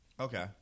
Okay